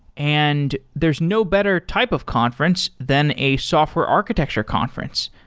and there's no better type of conference than a software architecture conference,